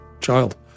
child